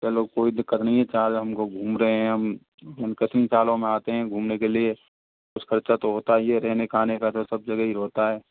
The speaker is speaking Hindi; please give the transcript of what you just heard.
चलो कोई दिक्कत नहीं है चार्ज हमको घूम रहे हैं हम कितने सालों में आते है घूमे के लिए कुछ खर्चा तो होता ही है रहना का खाने का तो सब जगह ही होता है